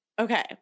Okay